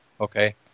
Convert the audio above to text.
Okay